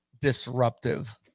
disruptive